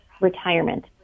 retirement